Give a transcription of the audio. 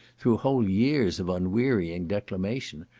through whole years of unwearying declamation,